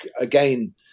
again